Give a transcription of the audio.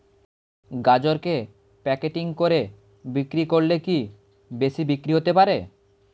গাজরকে প্যাকেটিং করে বিক্রি করলে কি বেশি বিক্রি হতে পারে?